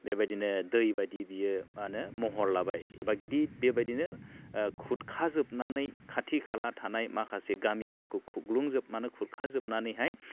बेबायदिनो दै बादिनो बियो मा होनो महर लाबाय एबा गिदिद बेबायदिनो खुरखा जोबनानै खाथि खाला थानाय माखासे गामिफोरखौ खुरग्लुंजोबनानै खुरखाजोबनानैहाय